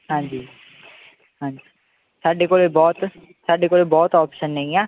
ਹਾਂਜੀ ਹਾਂਜੀ ਸਾਡੇ ਕੋਲ ਬਹੁਤ ਸਾਡੇ ਕੋਲ ਬਹੁਤ ਅੋਪਸ਼ਨ ਨਹੀਂ ਆਂ